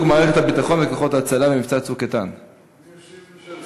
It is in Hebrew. תודה רבה.